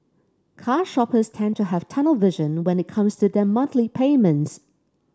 car shoppers tend to have tunnel vision when it comes to their monthly payments